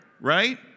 right